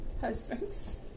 husbands